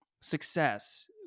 success